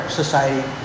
society